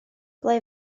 ble